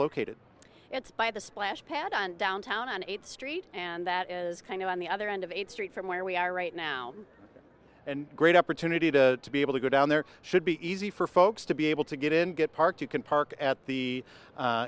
located it's by the splash pad on downtown on eighth street and that is kind of on the other end of eighth street from where we are right now and great opportunity to be able to go down there should be easy for folks to be able to get in get parked you can park at the